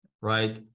right